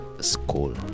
school